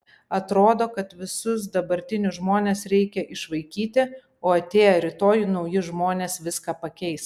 atrodo kad visus dabartinius žmones reikia išvaikyti o atėję rytoj nauji žmonės viską pakeis